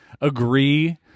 agree-